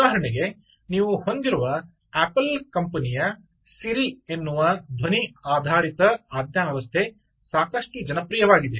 ಉದಾಹರಣೆಗೆ ನೀವು ಹೊಂದಿರುವ ಆಪಲ್ ಕಂಪನಿಯ 'ಸಿರಿ' ಎನ್ನುವ ಧ್ವನಿ ಆಧಾರಿತ ಆಜ್ಞಾ ವ್ಯವಸ್ಥೆ ಸಾಕಷ್ಟು ಜನಪ್ರಿಯವಾಗಿವೆ